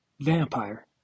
vampire